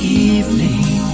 evening